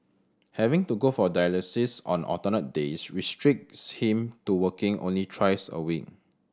having to go for dialysis on alternate days restricts him to working only thrice a week